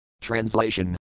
Translation